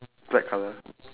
black colour